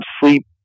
sleep